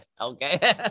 okay